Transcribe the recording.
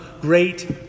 great